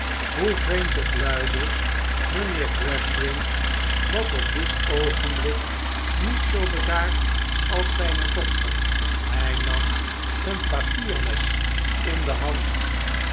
hoe vreemd het luide mijnheer gradgrind was op dit oogeublik niet zoo bedaard als zijne dochter hij nam een papiermes in de hand